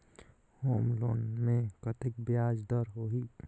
Home loan मे कतेक ब्याज दर होही?